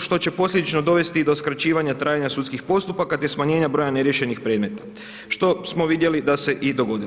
što će posljedično dovesti i do skraćivanja trajanja sudskih postupaka te smanjenja broja neriješenih predmeta što smo vidjeli da se i dogodilo.